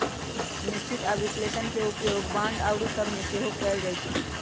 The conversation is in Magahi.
निश्चित आऽ विश्लेषण के उपयोग बांड आउरो सभ में सेहो कएल जाइ छइ